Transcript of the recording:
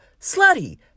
slutty